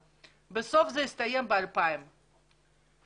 עובדות ובסוף זה הסתיים ב-2,000 עובדות.